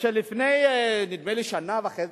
כאשר לפני שנה וחצי,